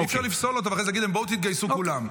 אי-אפשר לפסול אותו ואחרי זה להגיד להם: בואו תתגייסו כולם,